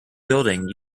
building